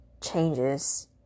changes